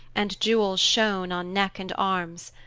and jewels shone on neck and arms.